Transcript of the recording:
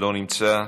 לא נמצא,